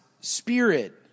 spirit